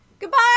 Goodbye